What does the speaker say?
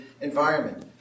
environment